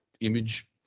image